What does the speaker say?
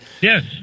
Yes